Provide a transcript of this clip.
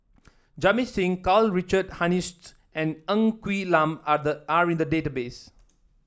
Jamit Singh Karl Richard Hanitsch and Ng Quee Lam are the are in the database